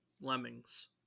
lemmings